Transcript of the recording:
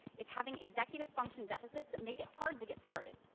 it's having executive function deficits that make it hard to get started.